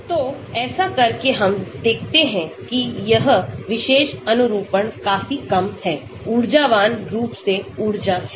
तो ऐसा करके हमदेखते हैं कि यह विशेष अनुरूपणकाफी कम है ऊर्जावान रूप से ऊर्जा है